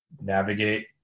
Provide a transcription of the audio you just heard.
navigate